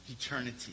eternity